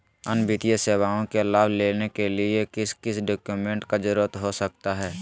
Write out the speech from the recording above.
अन्य वित्तीय सेवाओं के लाभ लेने के लिए किस किस डॉक्यूमेंट का जरूरत हो सकता है?